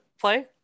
play